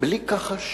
בלי כחש,